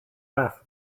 laugh